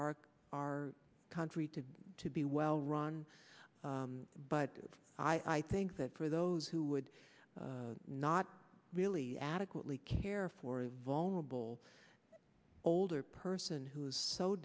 our our country to to be well run but i think that for those who would not really adequately care for a vulnerable older person who is so